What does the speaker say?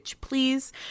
please